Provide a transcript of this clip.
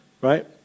Right